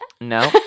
No